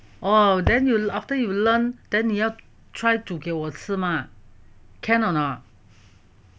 oh then you after you learn then 你要 try 煮给我吃吗 can or not